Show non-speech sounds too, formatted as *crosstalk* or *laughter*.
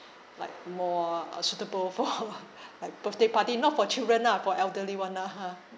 like more uh suitable for her *laughs* like birthday party not for children ah for elderly [one] ah ha